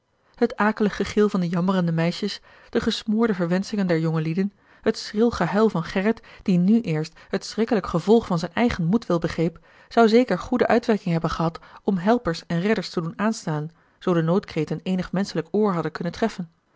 akelig gegil van de jammerende meisjes de gesmoorde verwenschingen der jongelieden het schril gehuil van gerrit die nu eerst het schrikkelijk gevolg van zijn eigen moedwil begreep zou zeker goede uitwerking hebben gehad om helpers en redders te doen aansnellen zoo de noodkreten eenig menschelijk oor hadden kunnen treffen